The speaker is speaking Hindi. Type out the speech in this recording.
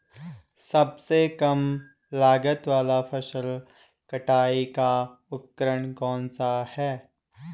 सबसे कम लागत वाला फसल कटाई का उपकरण कौन सा है?